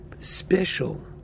Special